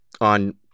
on